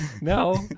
No